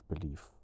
belief